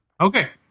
Okay